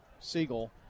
Siegel